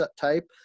type